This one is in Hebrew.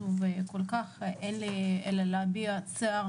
אבל אלו שכבר לקחו אומץ והתלוננו,